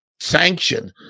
Sanction